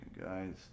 guys